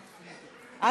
חמש?